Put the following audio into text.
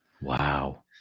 Wow